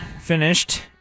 finished